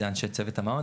זה אנשי צוות המעון,